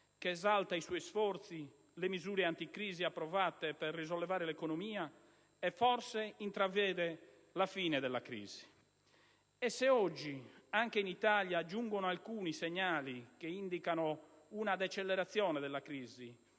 (che esalta i suoi sforzi, le misure anticrisi approvate per risollevare l'economia e forse intravede la fine della crisi) e se oggi anche in Italia giungono alcuni segnali che indicano una decelerazione della crisi